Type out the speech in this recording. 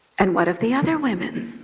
and what of the other women?